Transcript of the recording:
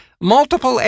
multiple